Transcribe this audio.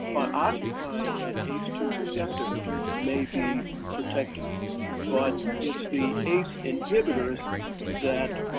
occupying that ace two receptor maybe protective but it's the ace inhibitors that